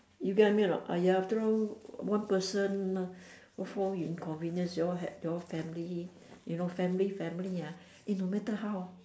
you get what I mean a not !aiya! after all one person what for you inconvenience y'all have y'all family you know family family ah eh no matter how ah